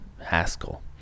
Haskell